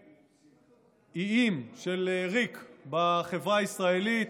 ואיים של ריק בחברה הישראלית,